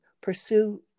pursue